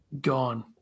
gone